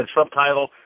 subtitle